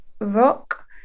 Rock